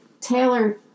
Taylor